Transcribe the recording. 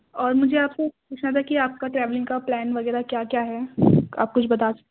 اور مجھے آپ کو پوچھنا تھا کہ آپ کا ٹریولنگ کا پلان وغیرہ کیا کیا ہے آپ کچھ بتا